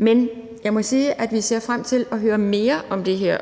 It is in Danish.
om. Jeg må sige, at vi ser frem til at høre mere om det her.